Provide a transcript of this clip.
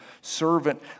servant